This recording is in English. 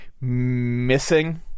missing